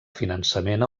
finançament